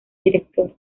director